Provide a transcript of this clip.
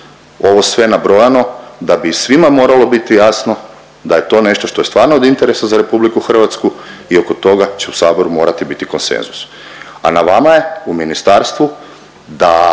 ovo sve nabrojano da bi svima moralo biti jasno da je to nešto što je stvarno od interesa za RH i oko toga će u Saboru morat biti konsenzus, a na vama je u ministarstvu da